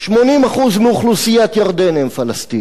80% מאוכלוסיית ירדן הם פלסטינים,